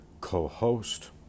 co-host